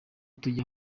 tujya